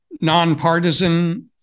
nonpartisan